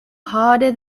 harder